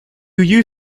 you